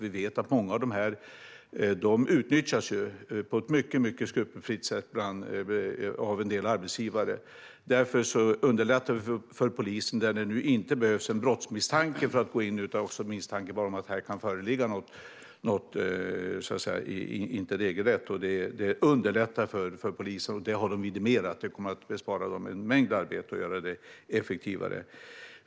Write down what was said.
Vi vet att många av de här personerna utnyttjas på ett mycket skrupelfritt sätt av en del arbetsgivare. Därför underlättar vi för polisen. Det behövs nu inte en brottsmisstanke för att gå in, utan det räcker med en misstanke om att det kan föreligga något som inte är regelrätt. Det underlättar för polisen, och det har de vidimerat. Det kommer att bespara dem en mängd arbete och göra det effektivare.